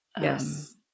Yes